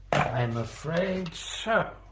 i'm afraid so.